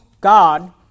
God